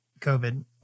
COVID